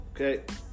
okay